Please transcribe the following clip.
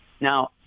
Now